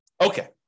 Okay